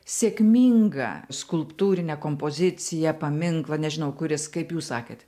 sėkmingą skulptūrinę kompoziciją paminklą nežinau kuris kaip jūs sakėt